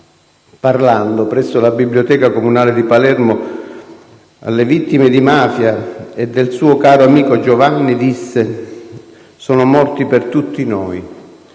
Parlando presso la Biblioteca comunale di Palermo delle vittime di mafia e del suo caro amico Giovanni, disse: «Sono morti per tutti noi,